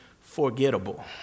forgettable